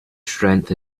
strength